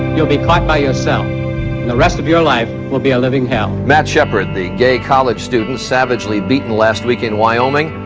you'll be caught by yourself. and the rest of your life will be a living hell. matt shepard, the gay college student savagely beaten last week in wyoming,